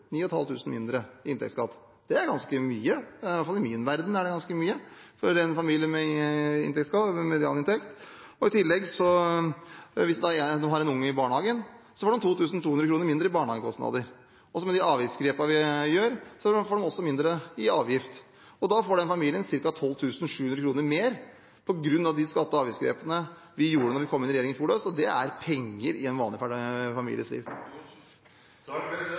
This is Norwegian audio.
mindre i inntektsskatt er ganske mye. I min verden er det iallfall ganske mye for en familie med medianinntekt. Hvis familien i tillegg har en unge i barnehagen, så vil de få 2 200 kr mindre i barnehagekostnader. Og med de avgiftsgrepene vi gjør, får man også mindre i avgifter. Denne familien får da ca. 12 700 kr mer på grunn av de skatte- og avgiftsgrepene vi gjorde da vi kom i regjering i fjor høst. Det er en del penger i en vanlig families liv.